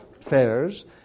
fairs